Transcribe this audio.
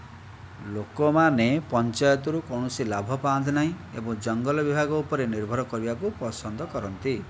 ଲୋକମାନେ ପଞ୍ଚାୟତରୁ କୌଣସି ଲାଭ ପାଆନ୍ତି ନାହିଁ ଏବଂ ଜଙ୍ଗଲ ବିଭାଗ ଉପରେ ନିର୍ଭର କରିବାକୁ ପସନ୍ଦ କରନ୍ତି